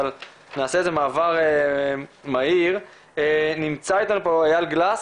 נעשה איזה מעבר מהיר, נמצא איתנו פה איל גלס,